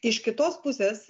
iš kitos pusės